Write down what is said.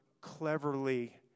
cleverly